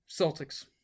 Celtics